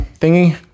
thingy